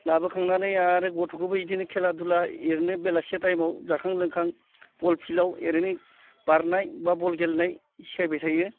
लाबोखांनानै आरो गथ'खोबो इदिनो खेला धुला ओरैनो बेलासे टाइमाव जाखां लोंखां बल फिल्डआव ओरैनो बारनाय बा बल गेलेनाय सिखायबाय थायो